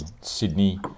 Sydney